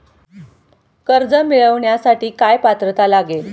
कर्ज मिळवण्यासाठी काय पात्रता लागेल?